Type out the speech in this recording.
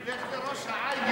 תלך לראש-העין,